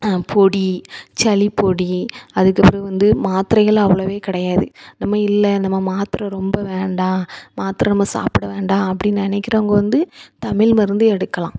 பொடி சளிப்பொடி அதுக்கப்பிறகு வந்து மாத்திரைகள் அவ்வளோவே கிடையாது நம்ம இல்லை நம்ம மாத்திரை ரொம்ப வேண்டாம் மாத்திரை ரொம்ப சாப்பிட வேண்டாம் அப்படின்னு நினைக்கிறவங்க வந்து தமிழ் மருந்து எடுக்கலாம்